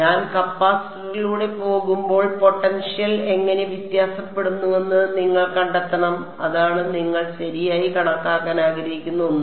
ഞാൻ കപ്പാസിറ്ററിലൂടെ പോകുമ്പോൾ പൊട്ടൻഷ്യൽ എങ്ങനെ വ്യത്യാസപ്പെടുന്നുവെന്ന് നിങ്ങൾ കണ്ടെത്തണം അതാണ് നിങ്ങൾ ശരിയായി കണക്കാക്കാൻ ആഗ്രഹിക്കുന്ന ഒന്ന്